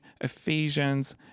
Ephesians